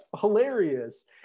hilarious